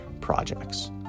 projects